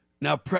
Now